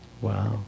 Wow